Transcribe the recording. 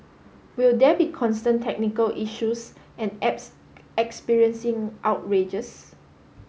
will there be constant technical issues and apps experiencing outrages